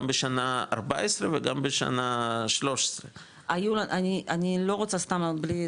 בשנה 14 וגם בשנה 13. אני לא רוצה סתם בלי,